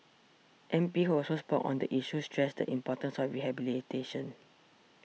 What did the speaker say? M P who also spoke on the issue stressed the importance of rehabilitation